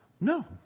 No